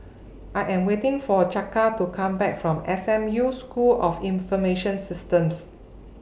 I Am waiting For Chaka to Come Back from S M U School of Information Systems